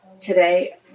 today